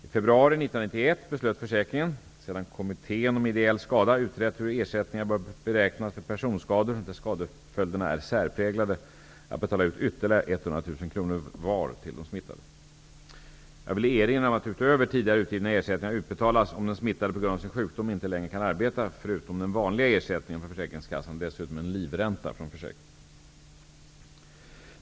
I Kommittén om ideell skada utrett hur ersättningar bör beräknas för personskador där skadeföljderna är särpräglade -- att betala ut ytterligare 100 000 kr var till de smittade. Jag vill erinra om, att utöver tidigare utgivna ersättningar utbetalas -- om den smittade på grund av sin sjukdom inte längre kan arbeta -- förutom den vanliga ersättningen från försäkringskassan dessutom en livränta från försäkringen.